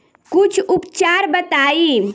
कुछ उपचार बताई?